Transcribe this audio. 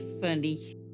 funny